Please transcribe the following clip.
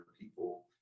people